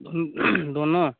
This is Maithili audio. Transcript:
दुनू